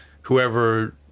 whoever